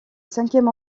cinquième